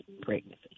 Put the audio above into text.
pregnancy